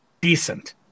decent